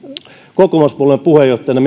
kokoomuspuolueen puheenjohtajana